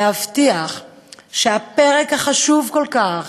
להבטיח שהפרק החשוב כל כך